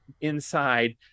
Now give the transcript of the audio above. inside